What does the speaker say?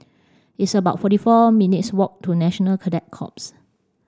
it's about forty four minutes' walk to National Cadet Corps